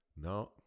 No